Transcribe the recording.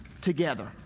together